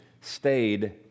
stayed